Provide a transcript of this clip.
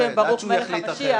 בעזרת השם, ברוך מלך המשיח.